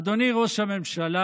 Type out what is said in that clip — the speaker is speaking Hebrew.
אדוני ראש הממשלה,